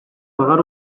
баҕар